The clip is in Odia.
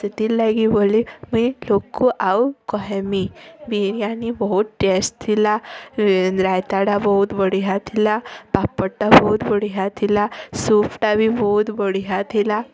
ସେଥି ଲାଗି ବୋଲି ମୁଇଁ ଲୋକ ଆଉ କହେମି ବିରିୟାନୀ ବହୁତ୍ ଟେଷ୍ଟ୍ ଥିଲା ରାଇତାଟା ବହୁତ୍ ବଢ଼ିଆ ଥିଲା ପାପଡ଼ଟା ବହୁତ୍ ବଢ଼ିଆ ଥିଲା ସୁପ୍ଟା ବି ବହୁତ୍ ବଢ଼ିଆ ଥିଲା